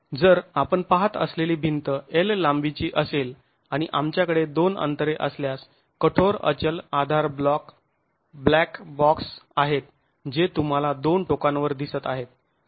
जर आपण पहात असलेली भिंत L लांबीची असेल आणि आमच्याकडे दोन अंतरे असल्यास कठोर अचल आधार ब्लॅक बॉक्स आहेत जे तुम्हाला दोन टोकांवर दिसत आहेत